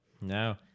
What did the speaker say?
no